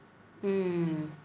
hmm